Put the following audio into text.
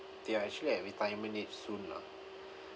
they are actually at retirement age soon lah